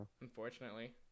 Unfortunately